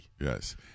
Yes